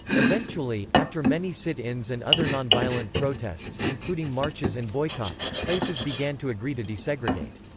eventually, after many sit-ins and other non-violent protests, including marches and boycotts, places began to agree to desegregate.